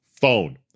phone